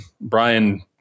brian